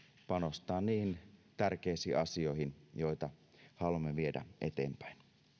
panostaa niihin tärkeisiin asioihin joita haluamme viedä eteenpäin